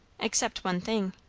except one thing.